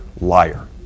liar